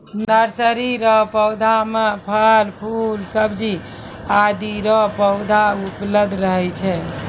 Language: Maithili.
नर्सरी रो पौधा मे फूल, फल, सब्जी आदि रो पौधा उपलब्ध रहै छै